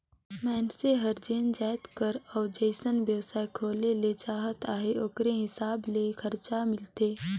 मइनसे हर जेन जाएत कर अउ जइसन बेवसाय खोले ले चाहत अहे ओकरे हिसाब ले खरचा मिलथे